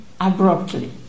abruptly